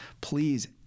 Please